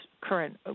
current